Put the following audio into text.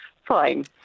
Fine